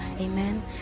amen